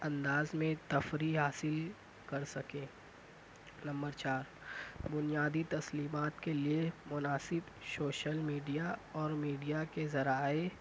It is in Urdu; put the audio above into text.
انداز میں تفریح حاصل کر سکے نمبر چار بنیادی تسلیمات کے لئے مناسب شوشل میڈیا اور میڈیا کے ذرائع